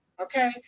okay